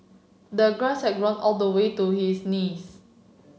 the grass had grown all the way to his knees